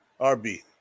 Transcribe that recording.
RB